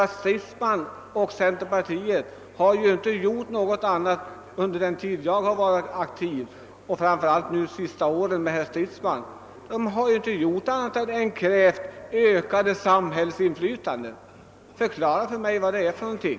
Herr Stridsman och centerpartiet har under den tid jag varit aktiv, framför allt under de senaste åren, inte gjort något annat än krävt ökat samhällsinflytande. Förklara detta för mig!